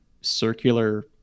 circular